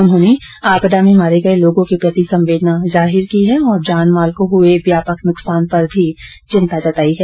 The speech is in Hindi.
उन्होंने आपदा में मारे गए लोगों के प्रति संवेदना जाहिर की है और जान माल को हुए व्यापक नुकसान पर चिंता भी व्यक्त की है